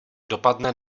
dopadne